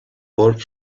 por